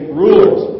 rulers